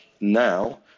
now